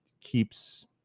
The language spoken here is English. keeps